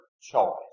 choice